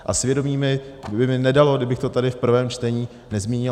A svědomí by mi nedalo, kdybych to tady v prvém čtení nezmínil.